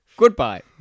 Goodbye